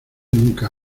nunca